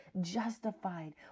justified